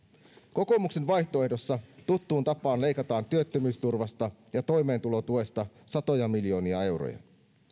kokoomuksen vaihtoehdossa tuttuun tapaan leikataan työttömyysturvasta ja toimeentulotuesta satoja miljoonia euroja